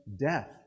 death